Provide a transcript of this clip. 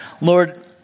Lord